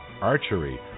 archery